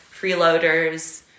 freeloaders